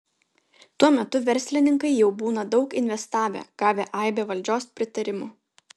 tuo metu verslininkai jau būna daug investavę gavę aibę valdžios pritarimų